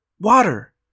Water